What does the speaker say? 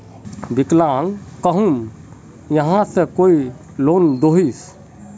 विकलांग कहुम यहाँ से कोई लोन दोहिस?